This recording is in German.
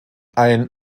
ein